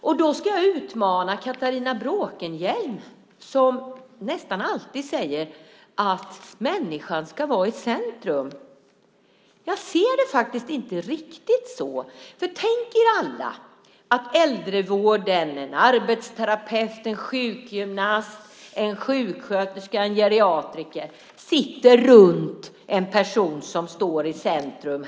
Jag vill utmana Catharina Bråkenhielm som nästan alltid säger att människan ska vara i centrum. Jag ser det faktiskt inte riktigt så. Tänk er alla att äldrevården, en arbetsterapeut, en sjukgymnast, en sjuksköterska och en geriatriker sitter runt en person som står i centrum.